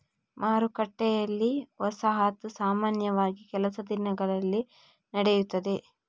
ಮಾರುಕಟ್ಟೆಯಲ್ಲಿ, ವಸಾಹತು ಸಾಮಾನ್ಯವಾಗಿ ಕೆಲಸದ ದಿನಗಳಲ್ಲಿ ನಡೆಯುತ್ತದೆ